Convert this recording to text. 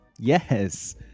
Yes